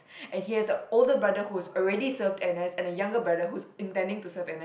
and he has a older brother who is already served N_S and a younger brother who's intending to serve N_S